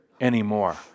anymore